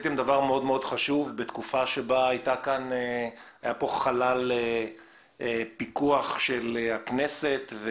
מאוד חשוב בתקופה שבה היה פה חלל מבחינת הפיקוח של הכנסת.